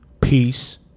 peace